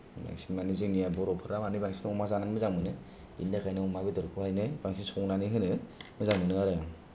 बांसिन मानि जोंनिया बर'फोरा मानि बांसिन अमा जानो मोजां मोनो बिनि थाखायनो अमा बेदरखौहायनो बांसिन संनानै होनो मोजां मोनो आरोना